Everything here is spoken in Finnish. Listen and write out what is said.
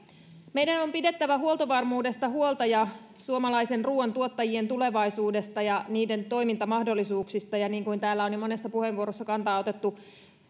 meidän on pidettävä huolta huoltovarmuudesta ja suomalaisen ruuan tuottajien tulevaisuudesta ja toimintamahdollisuuksista ja niin kuin täällä on jo monessa puheenvuorossa kantaa otettu